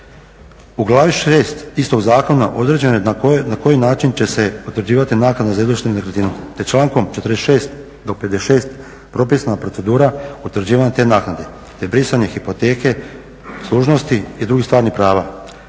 U glavi 6 istog zakona određeno je na koji način će se utvrđivati naknada za izvlaštenu nekretninu, te člankom 46.do 56.propisana je procedura utvrđivanja te naknade te brisanje hipoteke služnosti i drugih stvarnih prava.